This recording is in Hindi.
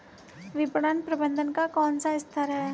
विपणन प्रबंधन का कौन सा स्तर है?